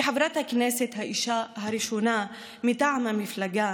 כחברת הכנסת האישה הראשונה מטעם המפלגה,